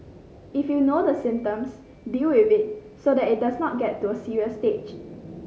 if you know the symptoms deal with it so that it does not get to a serious stage